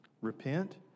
repent